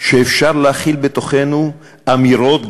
שאפשר להכיל בתוכנו אמירות,